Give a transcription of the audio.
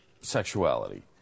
sexuality